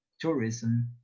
tourism